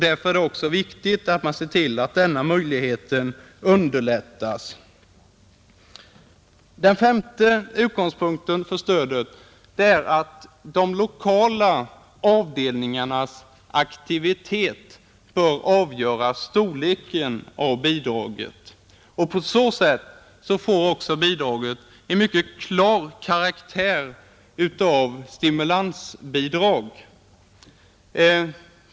Därför är det också viktigt att man ser till att denna möjlighet underlättas. Den femte utgångspunkten för stödet är att de lokala avdelningarnas aktivitet bör avgöra bidragets storlek. På så sätt får bidraget också en mycket klar karaktär av stimulansbidrag.